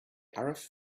arif